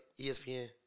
ESPN